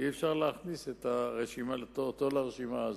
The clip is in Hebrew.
אי-אפשר להכניס אותו לרשימה הזאת.